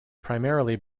primarily